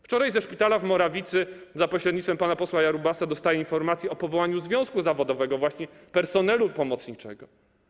Wczoraj ze szpitala w Morawicy za pośrednictwem pana posła Jarubasa dostałem informację o powołaniu związku zawodowego właśnie personelu pomocniczego.